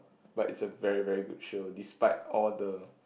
but it's a very very good show despite all the